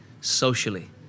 socially